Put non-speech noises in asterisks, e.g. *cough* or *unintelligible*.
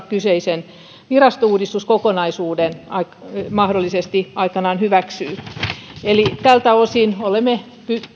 *unintelligible* kyseisen virastouudistuskokonaisuuden mahdollisesti aikanaan hyväksyy tältä osin olemme